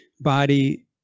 body